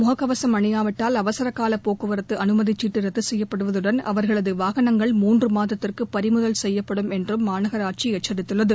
முகக்கவசம் அணியாவிட்டால் அவசரக்கால போக்குவரத்து அனுமதிச்சீட்டு ரத்து செய்யப்படுவதுடன் அவர்களது வாகனங்கள் மூன்று மாதத்திற்கு பறிமுதல் செய்யப்படும் என்றும் மாநகராட்சி எச்சித்துள்ளது